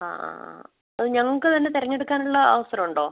ആ ആ ആ അത് ഞങ്ങൾക്ക് തന്നെ തിരഞ്ഞെടുക്കാനുള്ള അവസരം ഉണ്ടോ